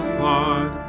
blood